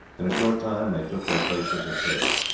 in a short time they took their places at table.